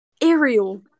Ariel